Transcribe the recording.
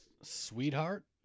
Sweetheart